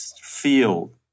feel